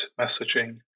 messaging